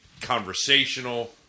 conversational